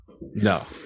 No